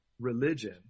religion